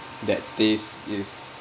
that taste is